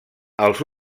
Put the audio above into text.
els